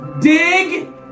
dig